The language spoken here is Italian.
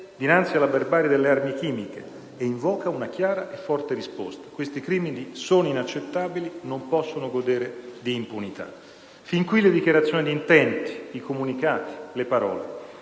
dinanzi alla barbarie delle armi chimiche ed invoca una chiara e forte risposta. Questi crimini sono inaccettabili e non possono godere di impunità. Fin qui le dichiarazioni di intenti, i comunicati, le parole.